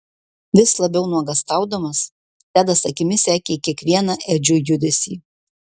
vis labiau nuogąstaudamas tedas akimis sekė kiekvieną edžio judesį